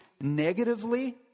negatively